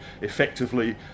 effectively